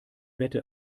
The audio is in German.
wette